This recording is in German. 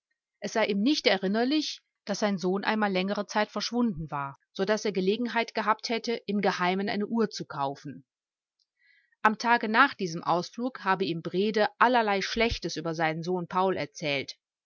es sei ihm nicht erinnerlich daß sein sohn einmal längere zeit verschwunden war so daß er gelegenheit gehabt hätte im geheimen eine uhr zu kaufen am tage nach diesem ausflug habe ihm brede allerlei schlechtes über seinen sohn paul erzählt